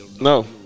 No